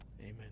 Amen